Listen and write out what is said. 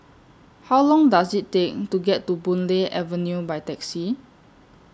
How Long Does IT Take to get to Boon Lay Avenue By Taxi